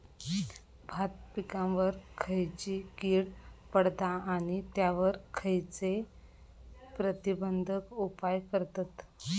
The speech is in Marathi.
भात पिकांवर खैयची कीड पडता आणि त्यावर खैयचे प्रतिबंधक उपाय करतत?